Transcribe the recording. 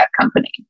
company